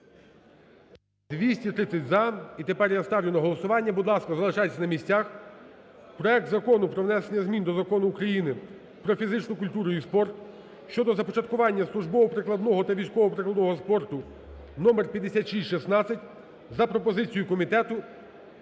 За-230 І тепер я ставлю на голосування, будь ласка, залишайтесь на місцях, проект Закону про внесення змін до Закону України "Про фізичну культуру і спорт" щодо започаткування службово-прикладного та військово-прикладного спорту (№ 5616) за пропозицією комітету…